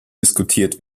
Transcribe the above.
diskutiert